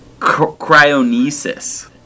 cryonesis